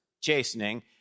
chastening